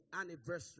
anniversary